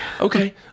Okay